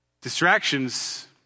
Distractions